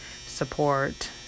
support